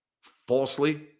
falsely